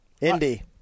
Indy